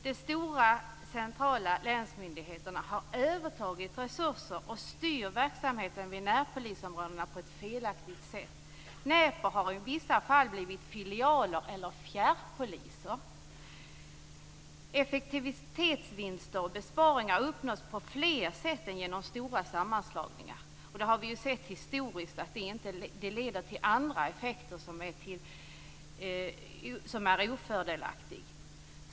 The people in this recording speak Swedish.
De stora centrala länsmyndigheterna har övertagit resurser och styr verksamheten vid närpolisområdena på ett felaktigt sätt. Näpo har i vissa fall blivit filialer eller fjärrpoliser. Effektivitetsvinster och besparingar uppnås på fler sätt än genom stora sammanslagningar. Historiskt har vi sett att det får andra ofördelaktiga effekter.